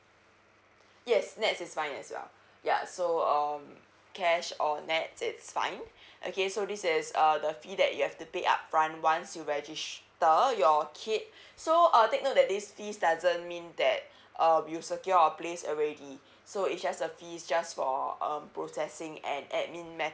yes nets is fine as well ya so um cash or nets it's fine okay so this is err the fee that you have to pay upfront once you register your kid so uh take note that this fees doesn't mean that um you secure a place already so it's just a fees just for um processing and A_D_M_I_N matters